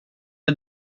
det